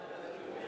אני אסביר.